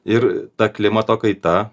ir ta klimato kaita